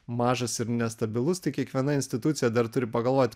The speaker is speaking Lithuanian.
mažas ir nestabilus tai kiekviena institucija dar turi pagalvot